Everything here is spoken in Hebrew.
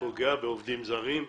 שנפגע ופוגע בעובדים זרים.